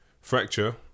Fracture